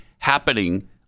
happening